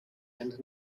and